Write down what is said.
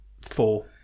four